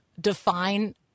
define